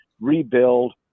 rebuild